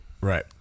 Right